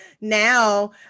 now